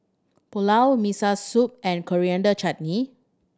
Pulao Miso Soup and Coriander Chutney